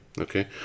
Okay